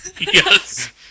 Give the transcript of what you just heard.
Yes